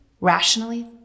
rationally